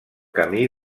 camí